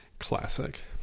Classic